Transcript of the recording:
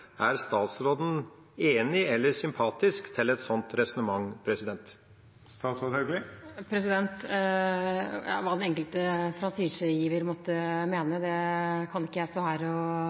Er statsråden enig i eller sympatisk til et slikt resonnement? Hva den enkelte franchisegiver måtte mene, kan ikke jeg stå her og